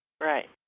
Right